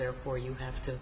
therefore you have to